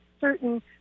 certain